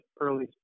early